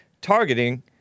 targeting